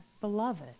beloved